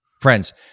Friends